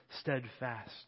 steadfast